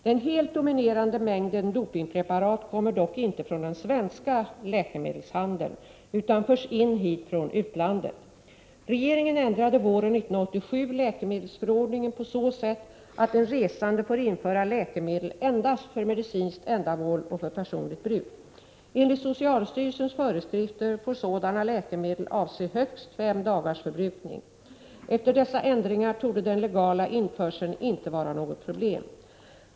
Den helt dominerande mängden dopingpreparat kommer dock inte från den svenska läkemedelshandeln, utan förs in hit från utlandet. Regeringen ändrade våren 1987 läkemedelsförordningen på så sätt att en resande får införa läkemedel endast för medicinskt ändamål och för personligt bruk. Enligt socialstyrelsens föreskrifter får sådana läkemedel avse högst fem dagars förbrukning. Efter dessa ändringar torde den legala införseln inte vara något problem.